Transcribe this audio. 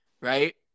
Right